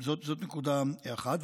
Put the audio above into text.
זאת נקודה אחת.